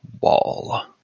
wall